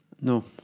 No